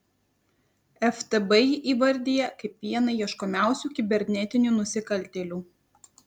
ftb jį įvardija kaip vieną ieškomiausių kibernetinių nusikaltėlių